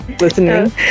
listening